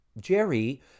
Jerry